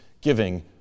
giving